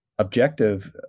Objective